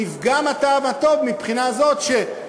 נפגם הטעם הטוב מבחינה זו, אראל,